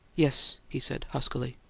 yes, he said, huskily.